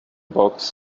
box